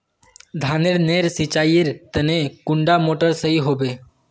धानेर नेर सिंचाईर तने कुंडा मोटर सही होबे?